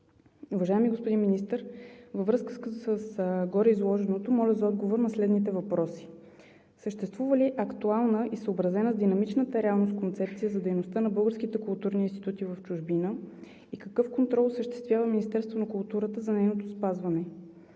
Уважаеми господин Министър, във връзка с гореизложеното моля за отговор на следните въпроси: съществува ли актуална и съобразена с динамичната реалност концепция за дейността на българските културни институти в чужбина и какъв контрол осъществява Министерството на културата за нейното спазване?